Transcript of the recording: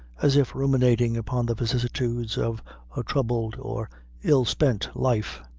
as if ruminating upon the vicissitudes of a troubled or ill-spent life.